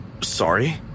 Sorry